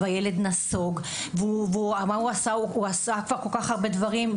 הילד נסוג והוא עשה כל כך הרבה דברים,